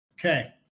okay